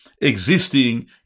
existing